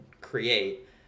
create